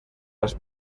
las